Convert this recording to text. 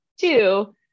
two